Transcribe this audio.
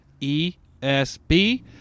ESB